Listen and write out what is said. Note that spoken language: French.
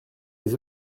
des